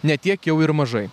ne tiek jau ir mažai